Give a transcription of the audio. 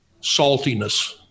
saltiness